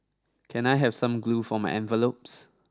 can I have some glue for my envelopes